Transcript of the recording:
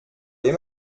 les